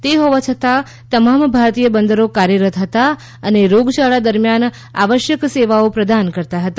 તે હોવા છતાં તમામ ભારતીય બંદરો કાર્યરત હતા અને રોગયાળા દરમ્યાન આવશ્યક સેવાઓ પ્રદાન કરતા હતા